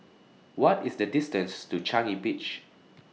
What IS The distance to Changi Beach